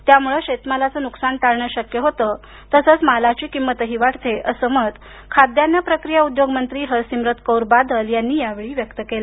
यामुळे शेतमालाचे नुकसान टाळणे शक्य होते आणि मालाची किंमतही वाढते असे मत खाद्यान्न प्रक्रिया उद्योग मंत्री हर सिमरत कौर बादल यांनी या वेळी व्यक्त केलं